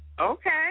Okay